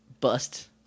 bust